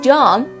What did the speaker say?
John